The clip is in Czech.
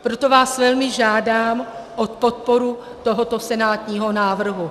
Proto vás velmi žádám o podporu tohoto senátního návrhu.